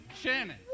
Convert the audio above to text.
Shannon